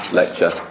lecture